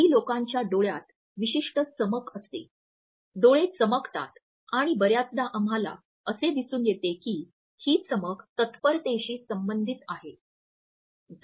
काही लोकांच्या डोळ्यात विशिष्ट चमक असते डोळे चमकतात आणि बर्याचदा आम्हाला असे दिसून येते की ही चमक तत्परतेशी संबंधित आहे